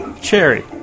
Cherry